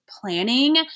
planning